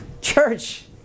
Church